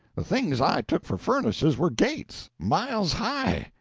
the things i took for furnaces were gates, miles high,